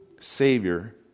Savior